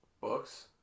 Books